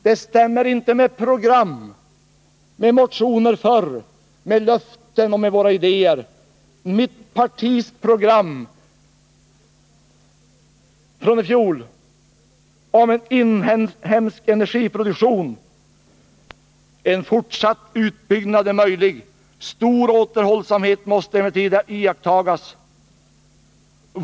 Det stämmer inte med program, med motioner förr, med löften och med våra idéer. Mitt partis program från i fjol säger om den inhemska energiproduktionen: ”En fortsatt utbyggnad är möjlig. Stor återhållsamhet måste emellertid iakttagas.